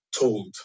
Told